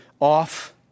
off